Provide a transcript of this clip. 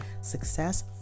success